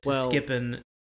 skipping